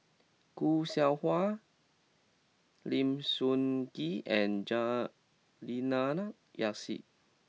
Khoo Seow Hwa Lim Sun Gee and Juliana Yasin